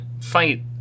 fight